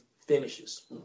finishes